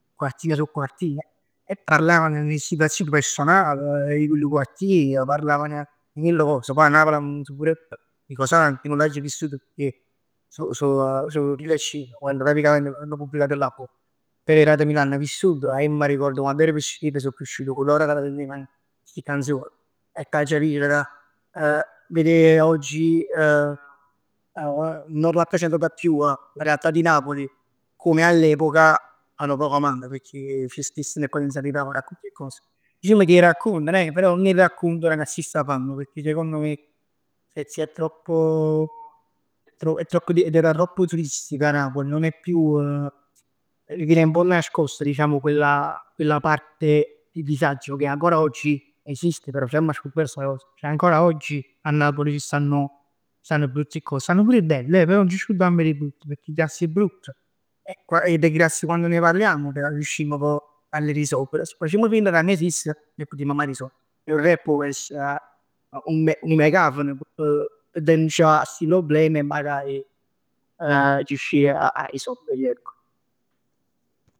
Quartine su quartine e parlavan d' 'e situazioni personal. 'E chillu quartier. Parlavan 'e chelli cos. Pò 'a Napl hann vissut pur 'e Co'Sang. Ij nun l'aggio vissut pecchè so so so duimil 'e cinc. Quann praticament hanno pubblicato l'album. Però 'e frat meje l'anna vissut. Ij m'arricord quann ero piccirill so cresciuto cu loro ca senteven sti canzon e che aggia viver, oggi non rappresentata più la realtà di Napoli come all'epoca. Ma nu poc manca, pecchè ci stesser 'e potenzialità p' raccuntà 'e cos. Dicimm che 'e raccontan eh, però nun 'e raccontan cu 'a stessa famm pecchè secondo me si è troppo è tropp, è tropp, è diventata troppo turistica Napoli. Non è più. Viene un pò nascosta diciamo quella, quella parte di disagio che ancora oggi esiste. Però c'amma scurdat 'e sta cos. Ceh ancora oggi a Napoli stanno, stanno brutti cos. Stann pur 'e belle eh. Però nun ci scurdamm d' 'e brutt pecchè pigliass 'e brutt e quando ne parliamo ca riuscimm poj a l' 'e risolvere. Si facimm finta ca nun esisteno nun 'e putimm maje risolvere. È 'o rap 'o vers, un un megafono p' denuncià a sti problem e magari a riuscì a a risolverli ecco.